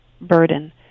burden